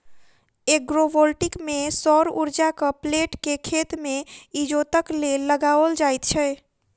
agrovoltaic मे सौर उर्जाक प्लेट के खेत मे इजोतक लेल लगाओल जाइत छै